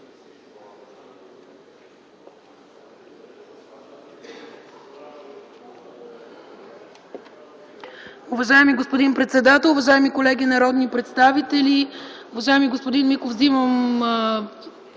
Уважаеми господин председател, уважаеми колеги народни представители, уважаеми господин Миков! Вземам